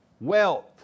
wealth